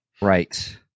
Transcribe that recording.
Right